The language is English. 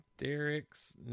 Derek's